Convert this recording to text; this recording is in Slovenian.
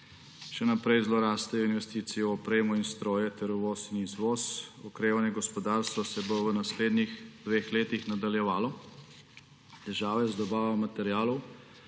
Še naprej zelo rastejo investicije v opremo in stroje ter uvoz in izvoz. Okrevanje gospodarstva se bo v naslednjih dveh letih nadaljevalo. Težave z dobavo materialov